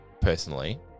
personally